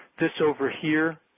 this over here